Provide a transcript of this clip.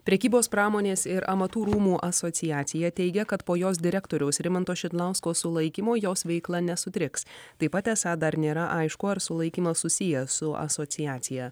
prekybos pramonės ir amatų rūmų asociacija teigia kad po jos direktoriaus rimanto šidlausko sulaikymo jos veikla nesutriks taip pat esą dar nėra aišku ar sulaikymas susijęs su asociacija